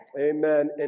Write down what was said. amen